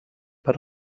per